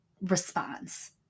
response